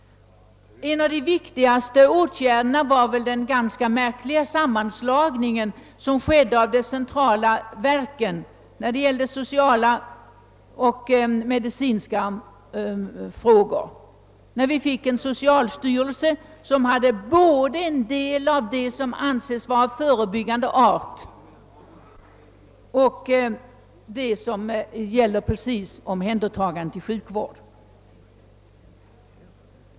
En av de viktigaste åtgärderna härvidlag är väl den ganska märkliga sammanslagningen av de centrala verken för sociala och medicinska frågor — det skapades en socialstyrelse som handlägger både en del av de åtgärder som anses vara av förebyggande art och det som direkt gäller omhändertagande till sjukvård.